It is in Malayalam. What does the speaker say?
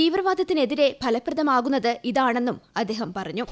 തീവ്രവാദത്തിനെതിരെ ഫലപ്രദമാകുന്നത് ഇതാണെന്നും അദ്ദേഹം പറഞ്ഞു